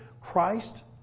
Christ